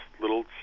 little